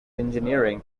engineering